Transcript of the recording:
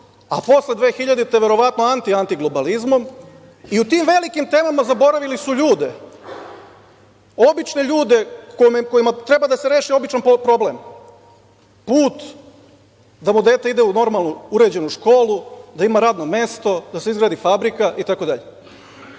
a posle dvehiljadite verovatno anti-antiglobalizmom i u tim velikim temama zaboravili su ljude, obične ljude kojima treba da se reši običan problem, put, da mu dete ide u normalnu uređenu školu, da ima radno mesto, da se izgradi fabrika itd.